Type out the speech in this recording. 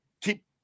keep